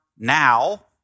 now